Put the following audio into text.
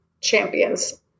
champions